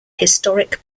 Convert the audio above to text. historic